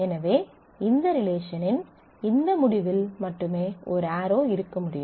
எனவே இந்த ரிலேஷனில் இந்த முடிவில் மட்டுமே ஒரு ஆரோ இருக்க முடியும்